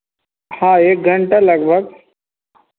हाँ एक घंटा लगभग